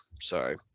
Sorry